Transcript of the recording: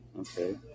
okay